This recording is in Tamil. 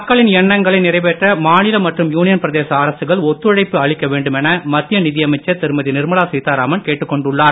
மக்களின் எண்ணங்களை நிறைவேற்ற மாநில மற்றும் யூனியன் பிரதேச அரசுகள் ஒத்துழைப்பு அளிக்க வேண்டுமென மத்திய நிதியமைச்சர் திருமதி நிர்மலா சீத்தாராமன் கேட்டுக் கொண்டுள்ளார்